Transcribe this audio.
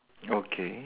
okay